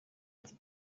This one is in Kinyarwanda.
ati